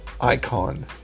icon